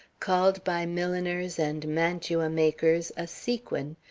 called by milliners and mantua-makers a sequin,